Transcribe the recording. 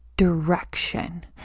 direction